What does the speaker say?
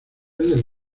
del